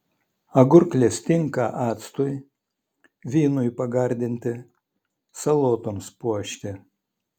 agurklės tinka actui vynui pagardinti salotoms puošti